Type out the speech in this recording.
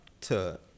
to-